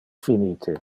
finite